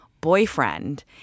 boyfriend